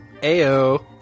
ayo